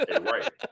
Right